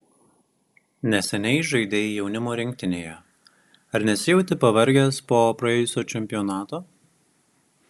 neseniai žaidei jaunimo rinktinėje ar nesijauti pavargęs po praėjusio čempionato